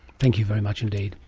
thank you very much indeed.